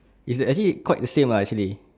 it's the actually quite the same lah actually